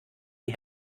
die